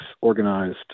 organized